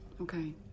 Okay